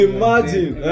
Imagine